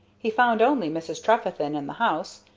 he found only mrs. trefethen in the house,